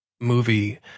movie